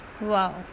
Wow